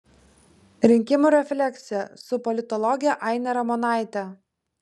rinkimų refleksija su politologe aine ramonaite